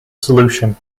solution